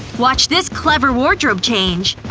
watch this clever wardrobe change.